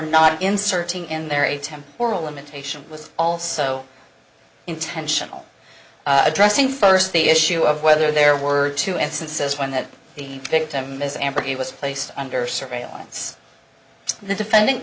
not inserting in their attempt or a limitation was also intentional addressing first the issue of whether there were two instances when that the victim is amber he was placed under surveillance and the defendant